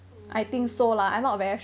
oh